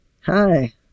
Hi